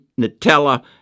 Nutella